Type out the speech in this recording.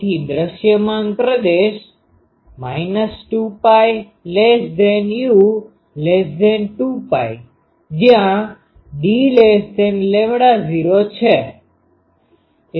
તેથી દ્રશ્યમાન પ્રદેશ 2πu2π જ્યાં dλ૦ છે